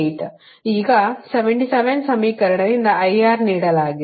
ಈಗ 77 ಸಮೀಕರಣದಿಂದIR ನೀಡಲಾಗಿದೆ